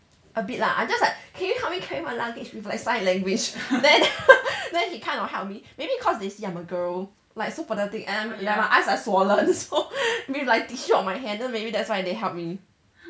a bit lah I'm just like can you help me carry my luggage with like sign language then then he kind of help me maybe cause they see I'm a girl like so pathetic and like my eyes are swollen so with like tissue on my hand maybe that's why they help me